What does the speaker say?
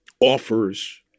offers